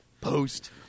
post